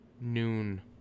noon